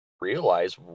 realize